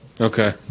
Okay